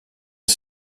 est